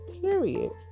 period